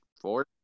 four